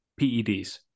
PEDs